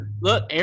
Look